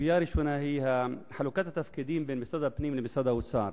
הסוגיה הראשונה היא חלוקת התפקידים בין משרד הפנים למשרד האוצר.